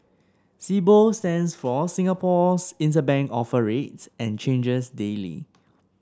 Sibor stands for Singapore Interbank Offer Rate and changes daily